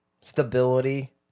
stability